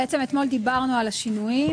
התיקון הראשון בעמוד 3 הוא ביחס להפרשי הצמדה וריבית.